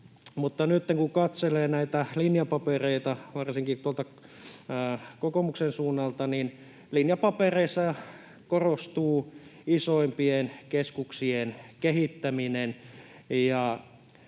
Nytten kun katselee näitä linjapapereita varsinkin tuolta kokoomuksen suunnalta, linjapapereissa korostuu isoimpien keskuksien kehittäminen,